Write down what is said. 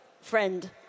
friend